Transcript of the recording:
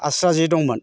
आस्रा जे दंमोन